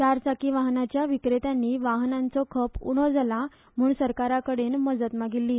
चार चाकी वाहनाच्या विक्रेत्यांनी वाहनांचो खप उणो जाला म्हणून सरकारा कडेन मजत मागिल्ली